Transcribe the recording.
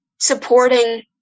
supporting